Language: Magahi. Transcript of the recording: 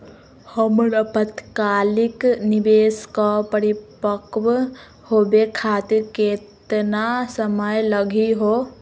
हमर अल्पकालिक निवेस क परिपक्व होवे खातिर केतना समय लगही हो?